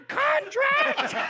contract